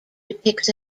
depicts